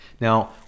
Now